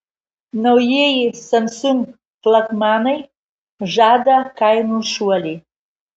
naujieji samsung flagmanai žada kainų šuolį